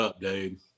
dude